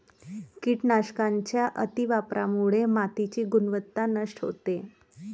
कीटकनाशकांच्या अतिवापरामुळे मातीची गुणवत्ता नष्ट होते